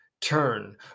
turn